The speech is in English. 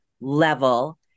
level